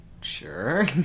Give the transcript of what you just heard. sure